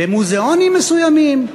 במוזיאונים מסוימים,